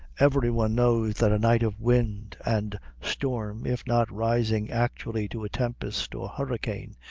every one knows that a night of wind and storm, if not rising actually to a tempest or hurricane,